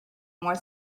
more